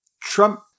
Trump